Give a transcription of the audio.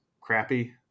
crappy